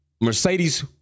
Mercedes